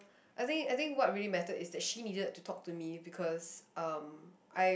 I think I think what really mattered is that she needed to talk to me because um I